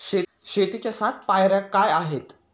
शेतीच्या सात पायऱ्या काय आहेत?